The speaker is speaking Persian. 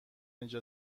اینجا